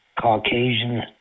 Caucasian